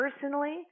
personally